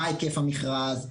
מה ההיקף של המכרז?